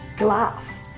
glass,